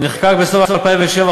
גברתי היושבת-ראש,